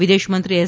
વિદેશમંત્રી એસ